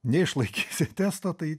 neišlaikysi testo tai